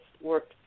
work